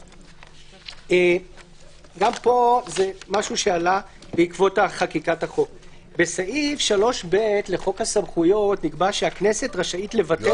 פה, מעבר לשורה הזאת שהכנסת רשאית לבטל